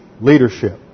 leadership